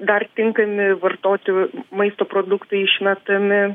dar tinkami vartoti maisto produktai išmetami